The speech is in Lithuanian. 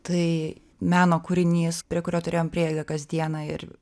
tai meno kūrinys prie kurio turėjom prieigą kas dieną ir